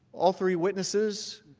all three witnesses,